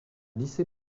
lycée